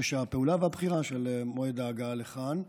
חופש הפעולה והבחירה של מועד ההגעה לכאן.